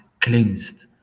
cleansed